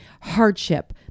hardship